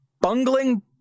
bungling